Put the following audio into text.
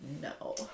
no